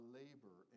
labor